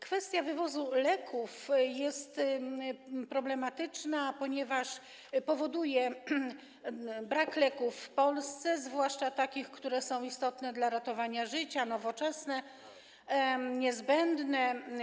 Kwestia wywozu leków jest problematyczna, ponieważ powoduje brak leków w Polsce, zwłaszcza takich, które są istotne dla ratowania życia, nowoczesne, niezbędne.